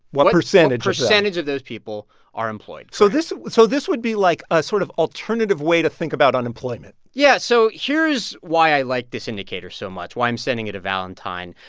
what percentage percentage of those people are employed? so so this would be like a sort of alternative way to think about unemployment yeah, so here's why i like this indicator so much, why i'm sending it a valentine.